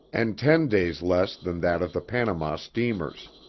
and ten days less than that of the panama steamers.